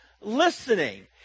listening